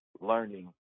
learning